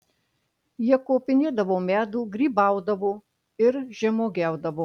jie kopinėdavo medų grybaudavo ir žemuogiaudavo